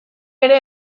ere